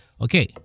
Okay